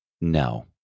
no